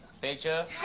Picture